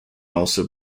also